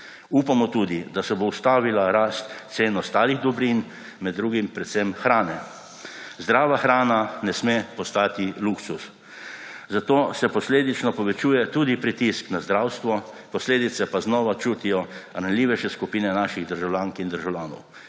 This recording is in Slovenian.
Upamo tudi, da se bo ustavila rast cen ostalih dobrin, med drugim predvsem hrane. Zdrava hrana ne sme postati luksuz, zato se posledično povečuje tudi pritisk na zdravstvo, posledice pa znova čutijo ranljivejše skupine naših državljank in državljanov.